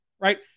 right